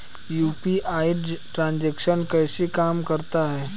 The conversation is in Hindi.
यू.पी.आई ट्रांजैक्शन कैसे काम करता है?